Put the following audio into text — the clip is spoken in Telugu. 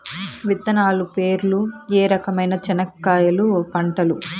విత్తనాలు పేర్లు ఏ రకమైన చెనక్కాయలు పంటలు?